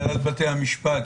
אני